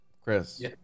Chris